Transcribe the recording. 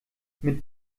mit